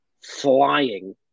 flying